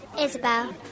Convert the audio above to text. Isabel